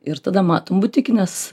ir tada matom butikines